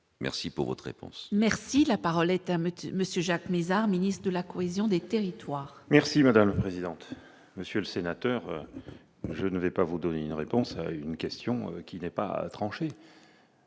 merci pour votre réponse. Merci, la parole est à monsieur monsieur Jacques Mézard, ministre de la cohésion des terrils. Merci madame la présidente, monsieur le sénateur, je ne vais pas vous donner une réponse à une question qui n'est pas tranché.